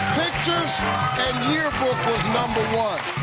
pictures and yearbook was number one.